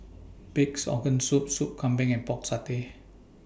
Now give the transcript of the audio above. Pig'S Organ Soup Soup Kambing and Pork Satay